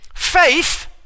Faith